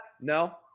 No